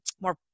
more